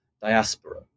diaspora